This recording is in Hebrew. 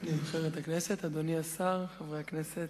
אדוני השר, חברי הכנסת,